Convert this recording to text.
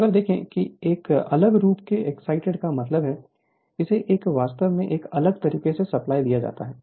तो अगर देखो कि एक अलग रूप से एक्साइटेड का मतलब हैइसे एक वास्तव में एक अलग तरीके से सप्लाई दिया जाता है